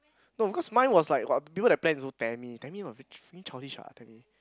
no because mine was like what people that plan also Tammy Tammy was freaking childish ah Tammy